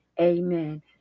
Amen